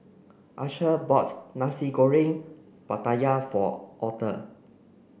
Asher bought Nasi Goreng Pattaya for Arther